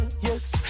Yes